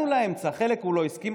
לחלק הוא לא הסכים,